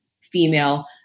female